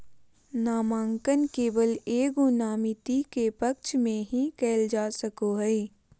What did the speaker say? नामांकन केवल एगो नामिती के पक्ष में ही कइल जा सको हइ